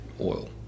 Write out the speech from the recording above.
oil